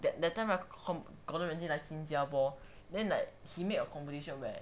that time right gordon ramsay 来新加坡 then like he make a competition where